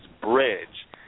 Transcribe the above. bridge